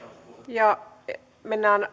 ja mennään